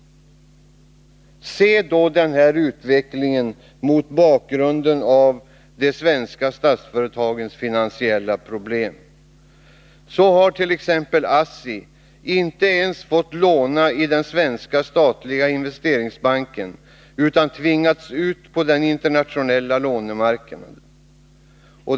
Se då de svenska statsföretagens finansiella problem mot bakgrund av denna utveckling! Så hart.ex. ASSI inte fått låna ens i den svenska statliga Investeringsbanken utan tvingats ut på den internationella lånemarknaden.